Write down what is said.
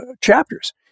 chapters